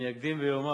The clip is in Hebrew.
אני אקדים ואומר